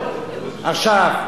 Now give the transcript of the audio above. עכשיו,